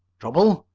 trouble?